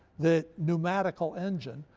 the pneumatical engine,